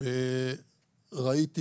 ראיתי